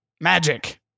magic